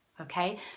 okay